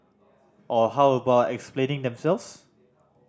or how about explaining themselves